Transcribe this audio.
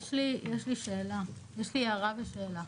יש לי הערה ושאלה.